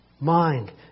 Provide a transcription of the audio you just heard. mind